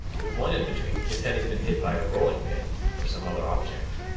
with one in-between his head has been hit by a rolling pin or some other object.